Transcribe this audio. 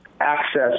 access